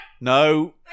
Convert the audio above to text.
No